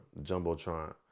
Jumbotron